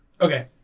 Okay